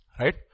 Right